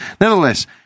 Nevertheless